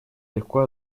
легко